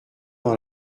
dans